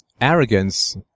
arrogance